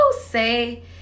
say